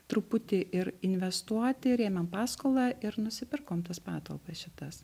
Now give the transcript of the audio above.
truputį ir investuoti ir ėmėm paskolą ir nusipirkom tas patalpas šitas